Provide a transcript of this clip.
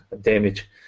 damage